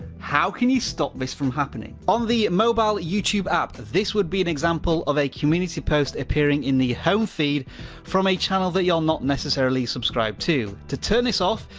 how can you stop this from happening? on the mobile youtube app, this would be an example of a community post appearing in the home feed from a channel that you're not necessarily subscribed to. to turn this off,